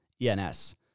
ENS